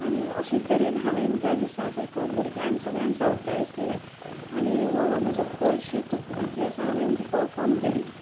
आनी अशेंच तरेन हांवेन त्या दिसाक एक भुरग्यांक सगळ्यांक सरप्रायज दिलें आनी हो म्हजो कळशी फुगडी जी आसा हांवेन ती परफॉर्म केली